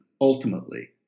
ultimately